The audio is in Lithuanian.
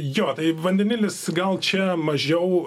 jo tai vandenilis gal čia mažiau